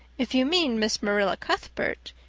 if you mean miss marilla cuthbert,